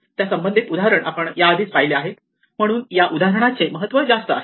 त्यासंबंधित उदाहरण आपण या आधीच पाहिले आहेत म्हणूनच या उदाहरणाचे महत्त्व जास्त आहे